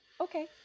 okay